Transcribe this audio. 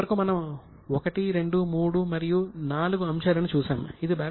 ఇప్పటి వరకూ మనం అప్పు యొక్క 1 2 3 మరియు 4 అంశాలను చూశాము